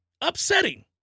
upsetting